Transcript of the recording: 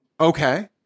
Okay